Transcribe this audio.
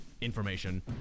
information